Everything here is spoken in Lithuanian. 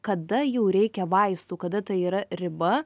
kada jau reikia vaistų kada tai yra riba